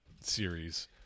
series